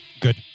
good